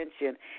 attention